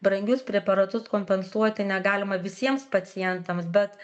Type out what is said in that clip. brangius preparatus kompensuoti negalima visiems pacientams bet